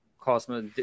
Cosmos